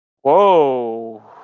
Whoa